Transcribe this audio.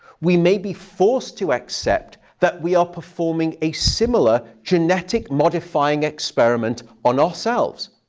we may be forced to accept that we are performing a similar genetic modifying experiment on ourselves.